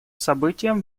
событием